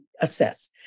assess